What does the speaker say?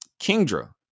Kingdra